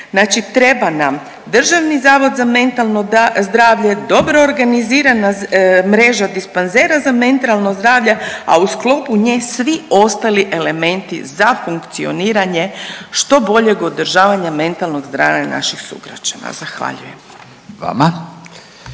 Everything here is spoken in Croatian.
treba nam Državni zavod za mentalno zdravlje, dobro organizirana mreža dispanzera za mentalno zdravlje, a u sklopu nje svi ostali elementi za funkcioniranje što boljeg održavanja mentalnog zdravlja naših sugrađana. Zahvaljujem.